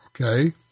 okay